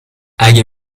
اگه